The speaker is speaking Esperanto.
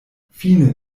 fine